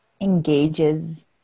engages